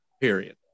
period